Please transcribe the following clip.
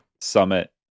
Summit